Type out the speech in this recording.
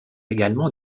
également